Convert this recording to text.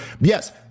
yes